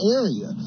area